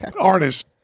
artist